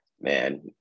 Man